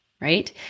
right